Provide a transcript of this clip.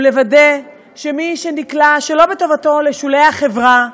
הוא לוודא שמי שנקלט שלא בטובתו לשולי החברה,